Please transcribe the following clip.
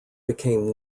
became